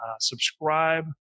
subscribe